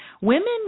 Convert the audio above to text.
women